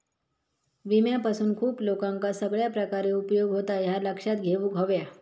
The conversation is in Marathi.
विम्यापासून खूप लोकांका सगळ्या प्रकारे उपयोग होता, ह्या लक्षात घेऊक हव्या